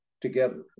together